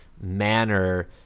manner